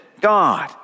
God